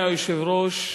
אדוני היושב-ראש,